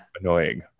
annoying